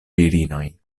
virinoj